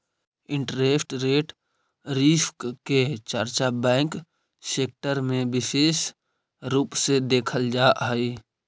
interest rate risk के चर्चा bank sector में विशेष रूप से देखल जा हई